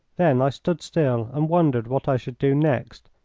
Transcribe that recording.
then i stood still and wondered what i should do next,